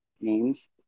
names